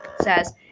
says